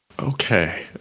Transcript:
Okay